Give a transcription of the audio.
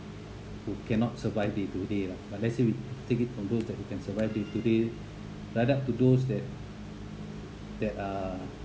who cannot survive day to day lah but let's say we take it from those who can survive day to day right up to those that that ah